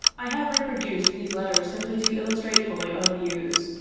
i have reproduced these letters simply to illustrate fully our views.